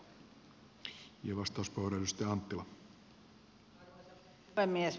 arvoisa puhemies